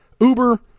Uber